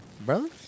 brother